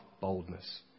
boldness